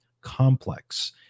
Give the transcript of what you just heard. Complex